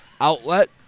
Outlet